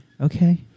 Okay